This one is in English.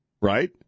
Right